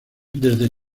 desde